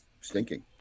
stinking